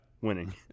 Winning